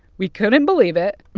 we couldn't believe it,